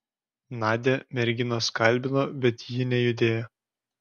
nadią merginos kalbino bet ji nejudėjo